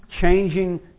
Changing